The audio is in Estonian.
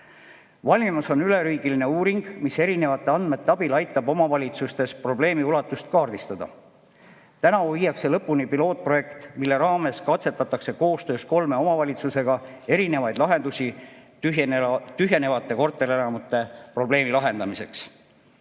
Valmimas on üleriigiline uuring, mis erinevate andmete abil aitab omavalitsustes probleemi ulatust kaardistada. Tänavu viiakse lõpuni pilootprojekt, mille raames katsetatakse koostöös kolme omavalitsusega erinevaid lahendusi tühjenevate korterelamute probleemi lahendamiseks.